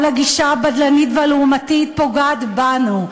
כל הגישה הבדלנית והלעומתית פוגעת בנו.